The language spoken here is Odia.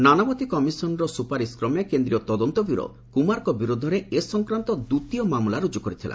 ନାନାବତୀ କମିଶନର ସୁପାରିଶ୍କ୍ରମେ କେନ୍ଦ୍ରୀୟ ତଦନ୍ତ ବ୍ୟୁରୋ କୁମାରଙ୍କ ବିରୁଦ୍ଧରେ ଏ ସଂକ୍ରାନ୍ତ ଦ୍ୱିତୀୟ ମାମଲା ରୁଜୁ କରିଥିଲା